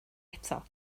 eto